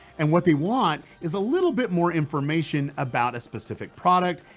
and what they want is a little bit more information about a specific product,